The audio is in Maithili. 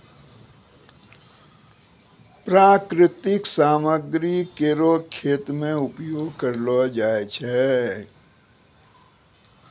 प्राकृतिक सामग्री केरो खेत मे उपयोग करलो जाय छै